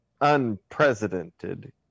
unprecedented